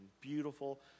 beautiful